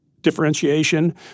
differentiation